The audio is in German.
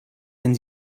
wenn